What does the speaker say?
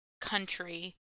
country